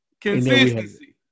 Consistency